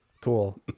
Cool